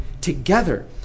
together